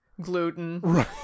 gluten